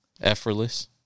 effortless